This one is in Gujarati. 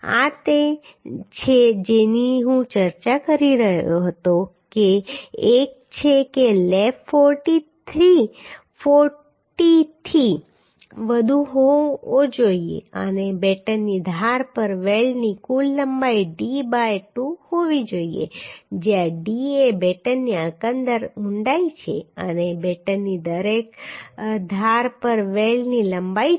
આ તે છે જેની હું ચર્ચા કરી રહ્યો હતો તે એક છે કે લેપ 4t થી વધુ હોવો જોઈએ અને બેટનની ધાર પર વેલ્ડની કુલ લંબાઈ D બાય 2 હોવી જોઈએ જ્યાં D એ બેટનની એકંદર ઊંડાઈ છે અને બેટનની દરેક ધાર પર વેલ્ડની લંબાઈ છે